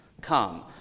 come